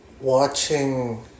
watching